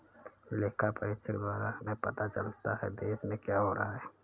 लेखा परीक्षक द्वारा हमें पता चलता हैं, देश में क्या हो रहा हैं?